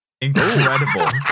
Incredible